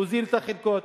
להוזיל את החלקות,